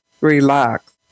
relax